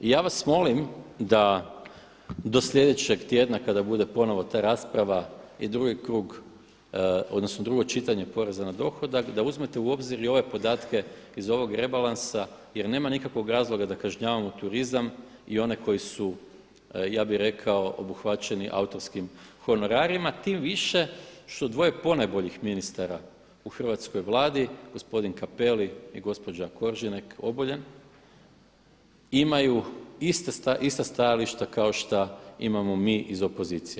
I ja vas molim da do sljedećeg tjedna kada bude ponovno ta rasprava i drugi krug, odnosno drugo čitanje poreza na dohodak da uzmete u obzir i ove podatke iz ovog rebalansa jer nema nikakvog razloga da kažnjavamo turizam i one koji su, ja bih rekao obuhvaćeni autorskim honorarima, tim više što dvoje ponajboljih ministara u hrvatskoj Vladi gospodin Cappelli i gospođa Koržinek Obuljen imaju ista stajališta kao što imamo mi iz opozicije.